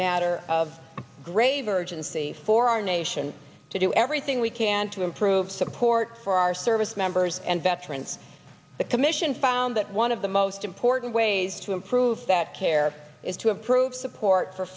matter of grave urgency for our nation to do everything we can to improve support for our service members and veterans the commission found that one of the most important ways to improve that care is to improve support for